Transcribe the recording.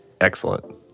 Excellent